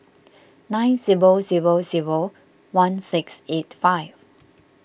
nine zero zero zero one six eight five